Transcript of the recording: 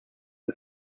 and